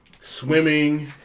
swimming